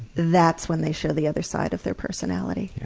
that's when they show the other side of their personality.